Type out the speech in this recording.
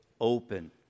open